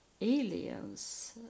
aliens